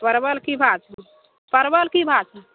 परबल की भाव छै परबल की भाव छै